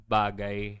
bagay